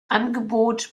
angebot